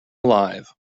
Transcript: alive